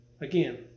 Again